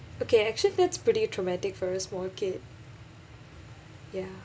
okay actually that's pretty traumatic for a small kid ya